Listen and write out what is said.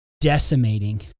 decimating